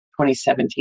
2017